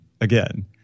again